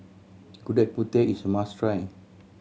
Gudeg Putih is a must try